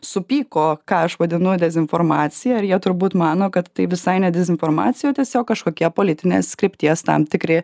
supyko ką aš vadinu dezinformacija ir jie turbūt mano kad tai visai ne dezinformacija o tiesiog kažkokie politinės krypties tam tikri